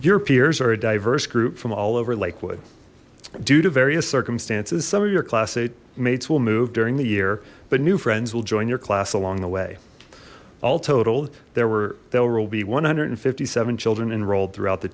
your peers are a diverse group from all over lakewood due to various circumstances some of your class eight mates will move during the year but new friends will join your class along the way all totaled there were there will be one hundred and fifty seven children enrolled throughout the